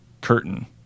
curtain